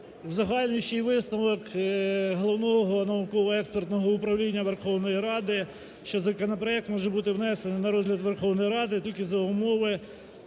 узагальнюючий висновок Головного науково-експертного управління Верховної Ради, що законопроект може бути внесений на розгляд Верховної Ради тільки за умови